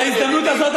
בהזדמנות הזאת,